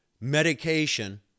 medication